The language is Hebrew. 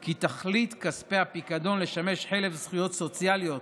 כי תכלית כספי הפיקדון לשמש חלף זכויות סוציאליות